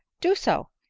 do so,